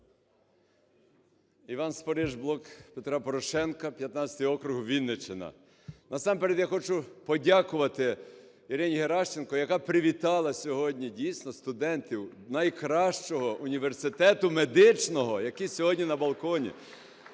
Іван Спориш, "Блок Петра Порошенка", 15-й округ, Вінниччина. Насамперед я хочу подякувати Ірині Геращенко, яка привітала сьогодні дійсно студентів найкращого університету медичного, який сьогодні на балконі.